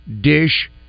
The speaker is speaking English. dish